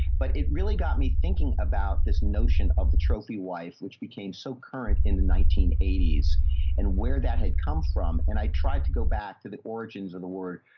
but it really got me thinking about this notion of the trophy wife, which became so current in the nineteen eighty s and where that had come from. and i tried to go back to the origins of the word.